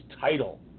title